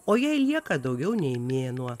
o jai lieka daugiau nei mėnuo